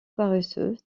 paresseux